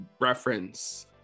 reference